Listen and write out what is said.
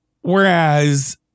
Whereas